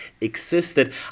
existed